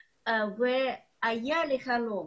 היה לי חלום